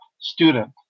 student